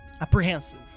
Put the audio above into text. apprehensive